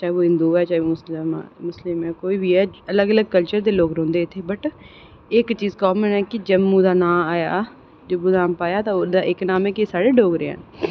चाहे हिंदू ऐ चाहे मुस्लिम ऐ कोई बी ऐ अलग अलग कल्चर दे लोक रौंह्दे इत्थै बट कि इक चीज़ कॉमन ऐ कि जम्मू दा नांऽ आया जम्मू दा नांऽ आया ते ओह्दे च एह् ऐ कि सारे डोगरे ऐं